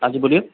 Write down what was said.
हाँ जी बोलिए